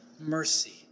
mercy